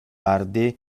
arde